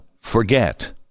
forget